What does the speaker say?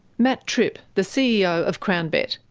matt tripp, the ceo of crownbet.